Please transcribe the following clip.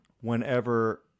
whenever